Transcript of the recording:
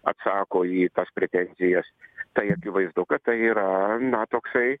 atsako į tas pretenzijas tai akivaizdu kad tai yra na toksai